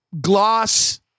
Gloss